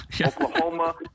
Oklahoma